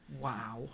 Wow